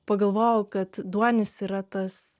pagalvojau kad duonis yra tas